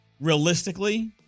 realistically